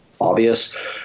obvious